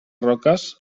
roques